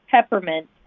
peppermint